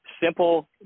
simple